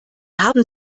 haben